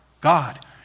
God